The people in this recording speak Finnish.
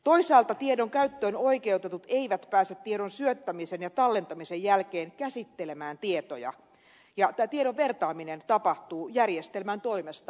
toisaalta tiedon käyttöön oikeutetut eivät pääse tiedon syöttämisen ja tallentamisen jälkeen käsittelemään tietoja ja tämä tiedon vertaaminen tapahtuu järjestelmän toimesta automaattisesti